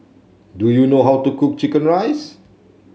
do you know how to cook chicken rice